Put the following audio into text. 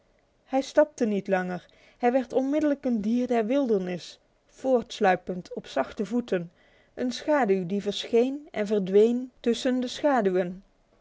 hij stapte niet langer hij werd onmiddellijk een dier der wildernis voortsluipend op zachte voeten een schaduw die verscheen en verdween tussen de schaduwen